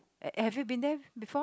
have you been there before